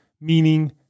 meaning